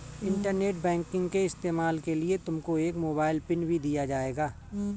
internet banking के इस्तेमाल के लिए तुमको एक मोबाइल पिन भी दिया जाएगा